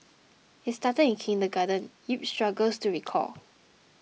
it started in kindergarten Yip struggles to recall